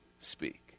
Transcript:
speak